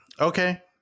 Okay